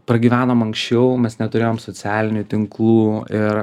pragyvenom anksčiau mes neturėjom socialinių tinklų ir